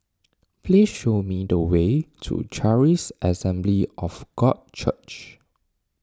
please show me the way to Charis Assembly of God Church